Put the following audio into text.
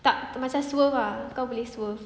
tak macam swerve ah kau boleh swerve